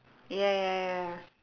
ya ya ya ya